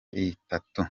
itatu